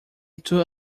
too